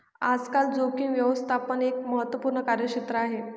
आजकाल जोखीम व्यवस्थापन एक महत्त्वपूर्ण कार्यक्षेत्र आहे